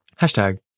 Hashtag